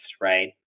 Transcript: right